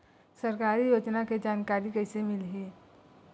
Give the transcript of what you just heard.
सरकारी योजना के जानकारी कइसे मिलही?